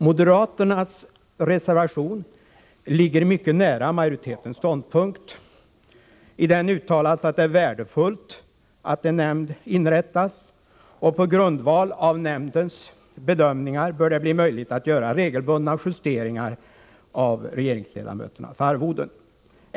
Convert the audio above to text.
Moderaternas reservation ligger mycket nära majoritetens ståndpunkt. I den uttalas att det är värdefullt att en nämnd inrättas. På grundval av nämndens bedömningar bör det bli möjligt att göra regelbundna justeringar av regeringsledamöternas arvoden.